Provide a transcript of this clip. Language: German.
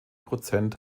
prozent